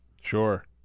Sure